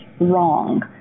wrong